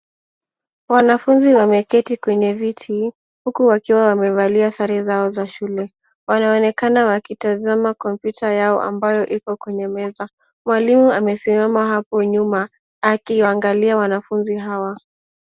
Wanafunzi wameketi kwenye viti huku wakiwa wamevalia sare zao za shule. Wanaonekana wakitazama kompyuta yao ambayo iko kwenye meza. Mwalimu amesimama hapo nyuma akiangalia wanafunzi hawa.